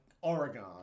Oregon